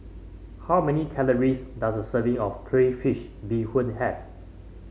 how many calories does a serving of Crayfish Beehoon have